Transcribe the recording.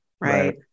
right